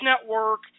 Network